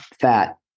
fat